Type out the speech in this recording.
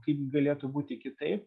kaip galėtų būti kitaip